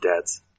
dad's